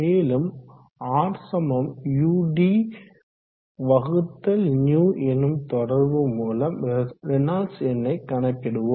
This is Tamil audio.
மேலும் Rudυ எனும் தொடர்பு மூலம் ரேனால்ட்ஸ் எண்ணை கணக்கிடுவோம்